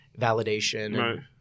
validation